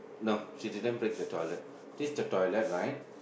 no she didn't break the toilet this is the toilet right